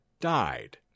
died